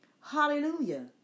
hallelujah